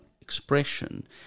expression